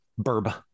Burba